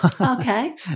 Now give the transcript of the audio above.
Okay